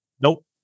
Nope